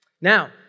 Now